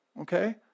okay